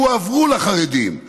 הועברו לחרדים,